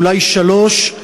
אולי שלוש,